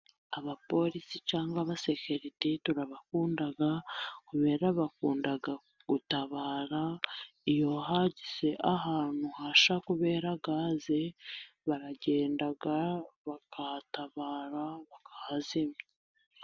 Abapolisi cyangwa abasekeriti turabakunda ku kubera bakunda gutabara, iyo hagize ahantu hasha kubera gaze baragenda bakahatabara bakahazimya.